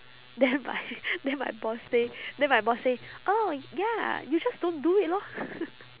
then my then my boss say then my boss say oh ya you just don't do it lor